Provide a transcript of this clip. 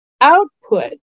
output